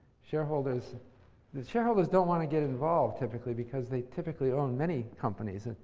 shareholders shareholders don't want to get involved typically, because they typically own many companies.